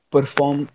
Perform